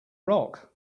rock